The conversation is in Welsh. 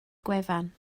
gwefan